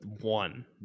one